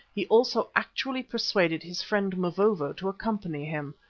he also actually persuaded his friend mavovo to accompany him.